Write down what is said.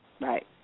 Right